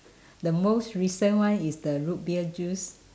the most recent one is the root beer juice